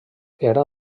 era